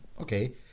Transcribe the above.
okay